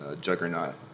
juggernaut